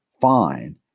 fine